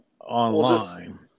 online